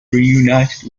reunited